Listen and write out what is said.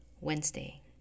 Wednesday